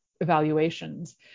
evaluations